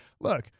look